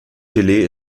gelee